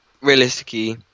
realistically